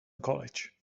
college